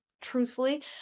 truthfully